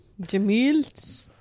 Jamil